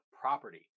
property